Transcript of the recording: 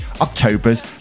October's